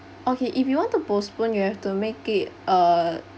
okay if you want to postpone you have to make it uh